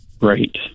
Right